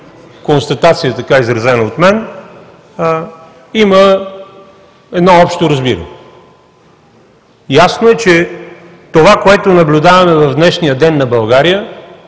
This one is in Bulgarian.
констатация, така изразена от мен, има едно общо разбиране. Ясно е, че това, което наблюдаваме в днешния ден на България